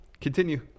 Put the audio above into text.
Continue